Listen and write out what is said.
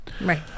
Right